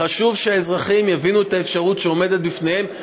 חשוב שהאזרחים יבינו את האפשרות שעומדת בפניהם,